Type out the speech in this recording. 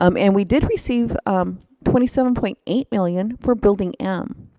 um and we did receive twenty seven point eight million for building m.